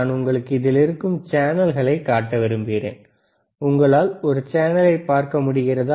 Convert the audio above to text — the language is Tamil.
நான் உங்களுக்கு இதில் இருக்கும் சேனல்களைக் காட்ட விரும்புகிறேன் உங்களால் ஒரு சேனலை பார்க்க முடிகிறதா